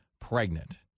pregnant